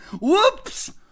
Whoops